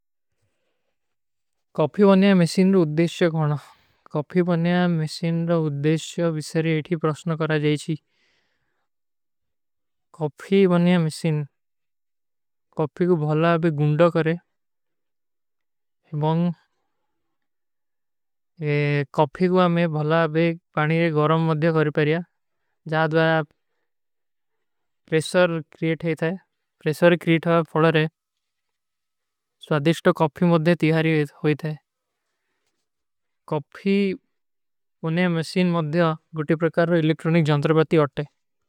କୌଫୀ ବନିଯା ମେଶୀନ ଉଦ୍ଦେଶ୍ଯ ଖଣା। କୌଫୀ ବନିଯା ମେଶୀନ ଉଦ୍ଦେଶ୍ଯ ଵିସରୀ ଏଠୀ ପ୍ରାସ୍ଣ କରା ଜାଈଚୀ। କୌଫୀ ବନିଯା ମେଶୀନ, କୌଫୀ କୋ ଭଲା ଅବେ ଗୁଣ୍ଡା କରେ। ଇବଂଗ ଯେ କୌଫୀ କୋ ଅମେ ଭଲା ଅବେ ପାନୀରେ ଗରମ ମଦ୍ଧେ କରୀ ପରିଯା। ଜାଏଁ ବାଯା ପ୍ରେସର କ୍ରିଯେଟ ହୈ ଥାଈ। ପ୍ରେସର କ୍ରିଯେଟ ହୈ ପଡାରେ, ସ୍ଵାଧିଷ୍ଟ କୌଫୀ ମଦ୍ଧେ ତିହାରୀ ହୋଈ ଥାଈ। କୌଫୀ ଉନ୍ହେଂ ମେଶୀନ ମଦ୍ଧେ ଗୁଟୀ ପ୍ରାକାର ଵେ ଇଲେକ୍ଟ୍ରୋନିକ ଜାଂତର ବତୀ ହୋତେ।